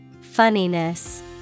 Funniness